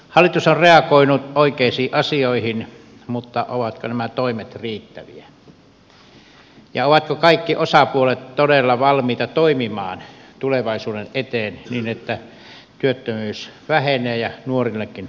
hallitus on reagoinut oikeisiin asioihin mutta ovatko nämä toimet riittäviä ja ovatko kaikki osapuolet todella valmiita toimimaan tulevaisuuden eteen niin että työttömyys vähenee ja nuorillekin on töitä